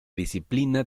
disciplina